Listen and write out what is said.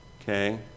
okay